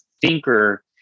thinker